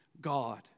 God